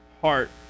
heart